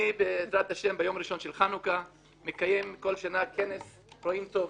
אני בעזרת השם ביום הראשון של חנוכה מקיים כל שנה כנס "רואים טוב",